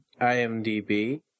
IMDb